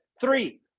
Three